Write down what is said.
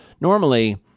Normally